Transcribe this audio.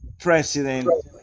president